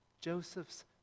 Joseph's